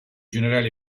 generali